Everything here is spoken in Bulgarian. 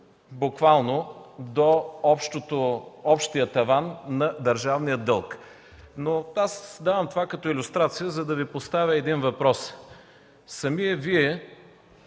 буквално до общия таван на държавния дълг. Давам това като илюстрация, за да Ви поставя един въпрос. Самият Вие